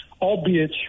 albeit